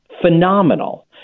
phenomenal